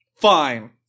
fine